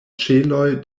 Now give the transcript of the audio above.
ĉeloj